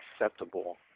acceptable